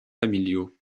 familiaux